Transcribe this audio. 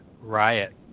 riot